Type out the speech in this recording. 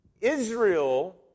Israel